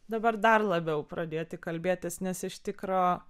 dabar dar labiau pradėti kalbėtis nes iš tikro